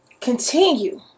continue